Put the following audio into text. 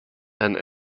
and